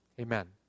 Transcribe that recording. Amen